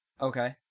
Okay